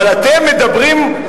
מה הוא אומר רע?